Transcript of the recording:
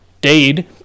dade